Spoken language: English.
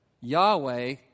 Yahweh